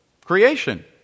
Creation